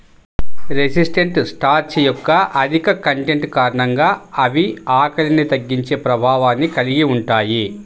resistant starch యొక్క అధిక content కారణంగా అవి ఆకలిని తగ్గించే ప్రభావాన్ని కలిగి ఉంటాయి